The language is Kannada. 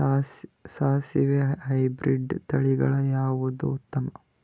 ಸಾಸಿವಿ ಹೈಬ್ರಿಡ್ ತಳಿಗಳ ಯಾವದು ಉತ್ತಮ?